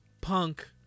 punk